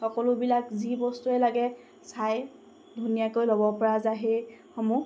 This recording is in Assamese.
সকলোবিলাক যি বস্তুৱেই লাগে চাই ধুনীয়াকৈ ল'বপৰা যায় সেইসমূহ